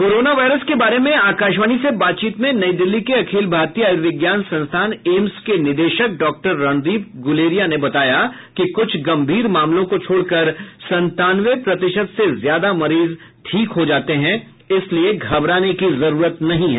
corona virus के बारे में आकाशवाणी से बातचीत में नई दिल्ली के अखिल भारतीय आयूर्विज्ञान संस्थान एम्स के निदेशक डॉक्टर रणदीप गूलेरिया ने बताया कि कुछ गंभीर मामलों को छोड़कर संतानवे प्रतिशत से ज्यादा मरीज ठीक हो जाते हैं इसलिए घबराने की जरूरत नहीं है